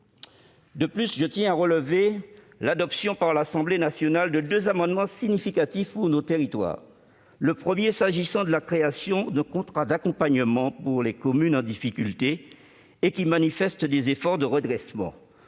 De plus, je tiens à relever l'adoption, par l'Assemblée nationale, de deux amendements significatifs pour nos territoires. Le premier vise la création de contrats d'accompagnement pour les communes en difficulté dont les efforts de redressement